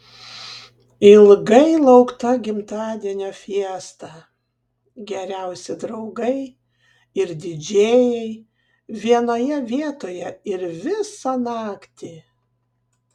ilgai laukta gimtadienio fiesta geriausi draugai ir didžėjai vienoje vietoje ir visą naktį